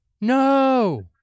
No